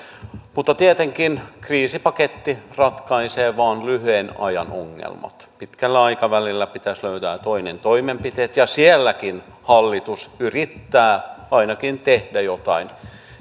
mutta tietenkin kriisipaketti ratkaisee vain lyhyen ajan ongelmat pitkällä aikavälillä pitäisi löytää toiset toimenpiteet ja sielläkin hallitus yrittää ainakin tehdä jotain